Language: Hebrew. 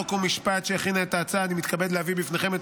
חוק ומשפט שהכינה את ההצעה אני מתכבד להביא בפניכם את